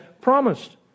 promised